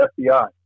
FBI